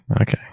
okay